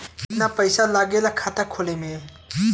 कितना पैसा लागेला खाता खोले में?